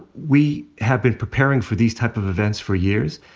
we have been preparing for these type of events for years.